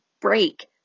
break